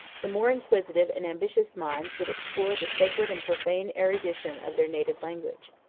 the more inquisitive and ambitious minds would explore the sacred and profane erudition of their native language.